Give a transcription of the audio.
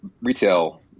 retail